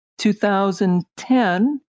2010